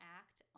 act